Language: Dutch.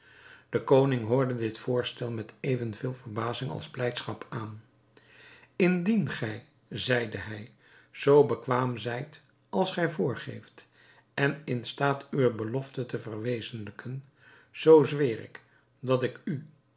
de koning hoorde dit voorstel met even veel verbazing als blijdschap aan indien gij zeide hij zoo bekwaam zijt als gij voorgeeft en in staat uwe belofte te verwezentlijken zoo zweer ik dat ik u